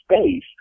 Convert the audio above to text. space